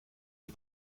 die